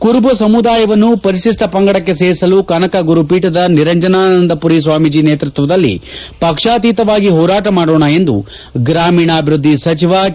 ಕುರುಬ ಸಮುದಾಯವನ್ನು ಪರಿಶಿಷ್ಟ ಪಂಗಡಕ್ಕೆ ಸೇರಿಸಲು ಕನಕ ಗುರುಪೀಠದ ನಿರಂಜನಾನಂದಪುರಿ ಸ್ಥಾಮೀಜ ಸೇತ್ವತ್ವದಲ್ಲಿ ಪಕ್ಕಾತಿತವಾಗಿ ಹೋರಾಟ ಮಾಡೋಣ ಎಂದು ಗ್ರಾಮೀಣಾಭವೃದ್ದಿ ಸಚಿವ ಕೆ